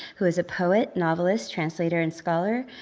who is a poet, novelist, translator, and scholar.